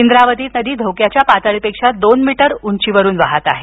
इंद्रावती नदी धोक्याच्या पातळीपेक्षा दोन मीटर अधिक उंचीवरून वहात आहे